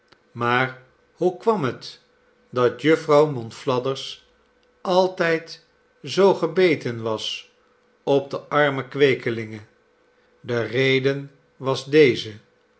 maar hoe kwam het dat jufvrouw monfiathers altijd zoo gebeten was op de arme kweekelinge de reden was deze